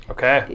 Okay